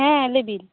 ᱦᱮᱸ ᱞᱟᱹᱭ ᱵᱤᱱ